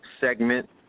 segment